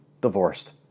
divorced